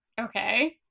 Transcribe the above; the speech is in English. Okay